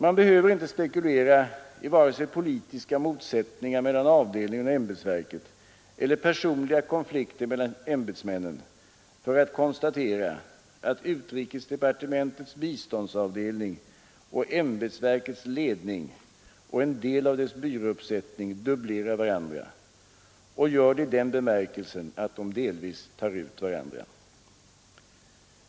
Man behöver inte spekulera i vare sig politiska motsättningar mellan avdelningen och ämbetsverket eller personliga konflikter mellan tjänstemännen för att konstatera att utrikesdepartementets biståndsavdelning och ämbetsverkets ledning och en del av dess byråuppsättning dubblerar varandra — och gör det i den bemärkelsen att de delvis tar ut varandra.